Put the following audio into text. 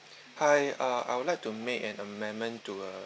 hi uh I would like to make an amendment to a